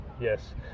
yes